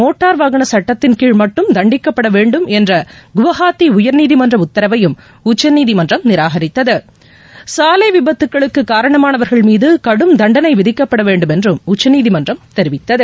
motor வாகனச் சுட்டத்தின்கீழ் மட்டும் தண்டிக்கப்பட வேண்டும் என்ற குவஹாத்தி உயர்நீதிமன்ற உத்தரவையும் உச்சநீதிமன்றம் நிராகரித்தது சாலை விபத்துகளுக்கு காரணமானவர்கள்மீது கடும் தண்டனை விதிக்கப்பட வேண்டும் என்றும் உச்சநீதிமன்றம் தெரிவித்துள்ளது